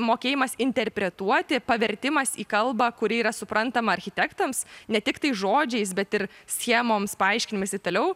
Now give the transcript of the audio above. mokėjimas interpretuoti pavertimas į kalbą kuri yra suprantama architektams ne tiktai žodžiais bet ir schemoms paaiškinimais ir toliau